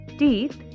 teeth